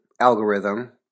algorithm